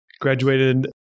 Graduated